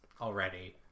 already